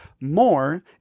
more